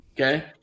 Okay